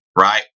right